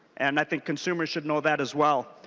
and i think consumer should know that as well.